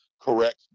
correct